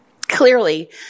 clearly